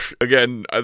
again